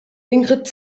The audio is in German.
ingrid